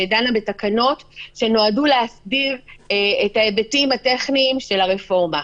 שדנה בתקנות שנועדו להסדיר את ההיבטים הטכניים של הרפורמה.